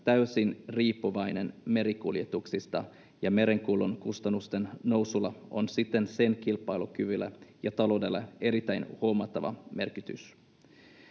täysin riippuvainen merikuljetuksista ja merenkulun kustannusten nousulla on siten sen kilpailukyvylle ja taloudelle erittäin huomattava merkitys.